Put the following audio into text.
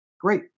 great